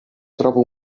troba